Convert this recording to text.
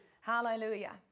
Hallelujah